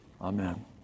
Amen